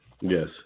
Yes